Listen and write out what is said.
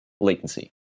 latency